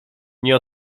nie